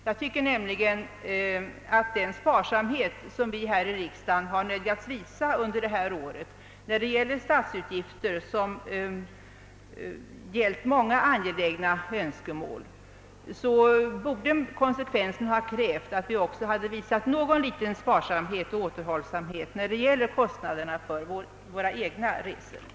Jag tycker nämligen att med den sparsamhet, som vi här i riksdagen har nödgats visa under det här året i fråga om utgifter för många angelägna önskemål, så borde konsekvensen ha krävt att vi också visat någon sparsamhet och återhållsamhet när det gäller kostnaderna för våra egna resor.